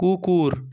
কুকুর